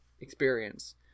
experience